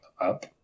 up